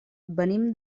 venim